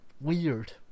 weird